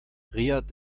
riad